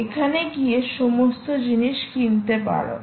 এখানে গিয়ে সমস্ত জিনিস কিনতে পারো